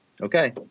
okay